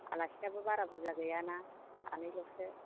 आलासियाबो बारा बुरजा गैयाना सानैल'सो